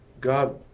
God